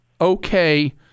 okay